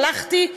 הלכתי,